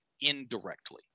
indirectly